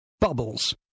bubbles